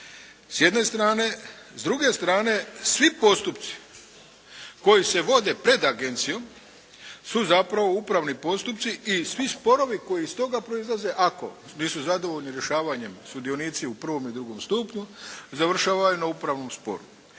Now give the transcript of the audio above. s jedne strane. S druge strane svi postupci koji se vode pred agencijom su zapravo upravni postupci i svi sporovi koji iz toga proizlaze ako nisu zadovoljni rješavanjem sudionici u prvome i drugom stupnju završavaju na upravnom sporu,